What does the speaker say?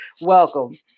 Welcome